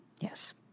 Yes